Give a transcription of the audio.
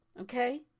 Okay